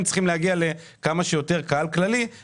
צריכים להגיע לקהל כללי רחב ככל היותר,